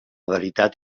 veritat